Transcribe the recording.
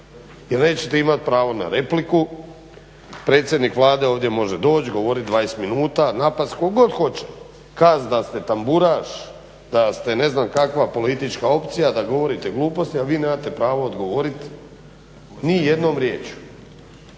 jer nećete imat pravo na repliku, predsjednik Vlade ovdje može doći, govorit 20 minuta, napast kog god hoće, kazat da ste tamburaš, da ste ne znam kakva politička opcija, da govorite gluposti, a vi nemate pravo odgovorit ni jednom riječju.